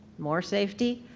more safety,